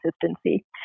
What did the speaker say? consistency